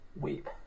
weep